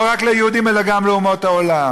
לא רק ליהודים אלא גם לאומות העולם.